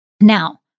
Now